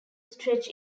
stretch